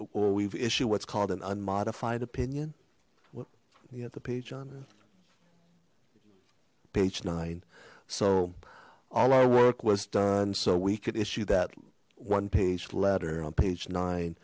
we've issued what's called an unmodified opinion what you got the page on page nine so all our work was done so we could issue that one page letter on page